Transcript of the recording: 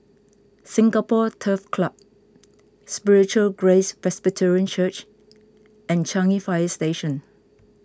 Singapore Turf Club Spiritual Grace Presbyterian Church and Changi Fire Station